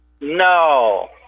no